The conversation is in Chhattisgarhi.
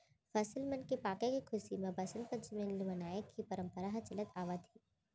फसल मन के पाके के खुसी म बसंत पंचमी ल मनाए के परंपरा ह चलत आवत हे